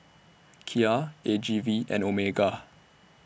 Kia A G V and Omega